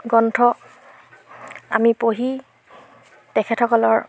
গ্ৰন্থ আমি পঢ়ি তেখেতসকলৰ